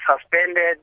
suspended